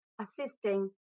assisting